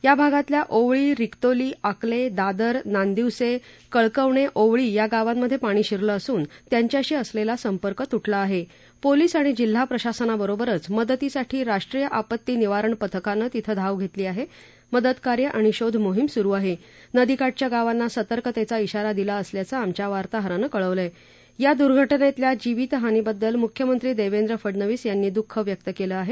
या भागातल्या ओवळी रिक्तोली आकल ड्रादर नांदिवस कुळकवण ओवळी या गावांमधप्राणी शिरलं असून त्यांच्याशी असल्ती संपर्क तुटला आहा भोलीस आणि जिल्हा प्रशासनाबरोबरच मदतीसाठी राष्ट्रीय आपत्ती निवारण पथकानं तिथं धाव घत्तीी आहा मदतकार्य आणि शोधमोहिम सुरु आह जुदीकाठच्या गावांना सतर्कतत्त्व इशारा दिला असल्याचं आमच्या वार्ताहरानं कळवलं आह ज या दुर्घटनेतल्या जीवितहानीबद्दल मुख्यमंत्री देवेंद्र फडनवीस यांनी दुःख व्यक्त केलं आहे